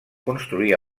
construir